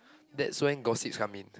that's when gossips come in